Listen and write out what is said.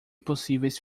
possíveis